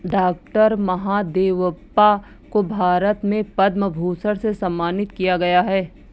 doctor Mahadevappa को भारत में पद्म भूषण से सम्मानित किया गया है